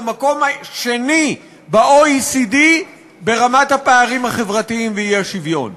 למקום השני ב-OECD ברמת הפערים החברתיים והאי-שוויון.